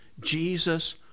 Jesus